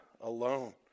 alone